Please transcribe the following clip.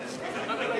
נתקבלה.